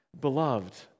Beloved